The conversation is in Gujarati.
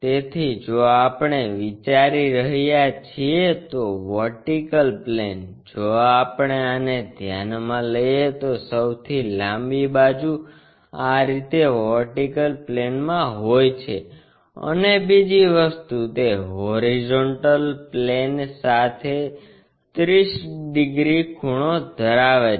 તેથી જો આપણે વિચારી રહ્યા છીએ તો વર્ટિકલ પ્લેન જો આપણે આને ધ્યાનમાં લઈએ તો સૌથી લાંબી બાજુ આ રીતે વર્ટિકલ પ્લેનમાં હોય છે અને બીજી વસ્તુ તે હોરીઝોન્ટલ પ્લેન સાથે 30 ડિગ્રી ખૂણો ધરાવે છે